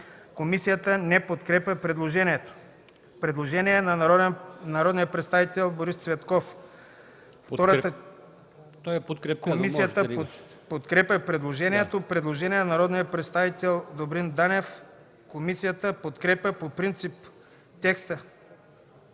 Комисията не подкрепя предложението. Има предложение на народния представител Борис Цветков. Комисията подкрепя предложението. Има предложение на народния представител Добрин Данев. Комисията подкрепя по принцип текста